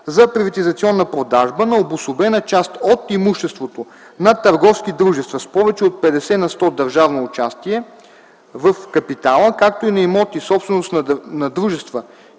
за приватизационна продажба на обособена част от имуществото на търговски дружества с повече от 50 на сто държавно участие в капитала, както и на имоти – собственост на дружества,